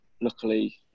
luckily